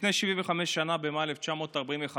לפני 75 שנה, במאי 1945,